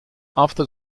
after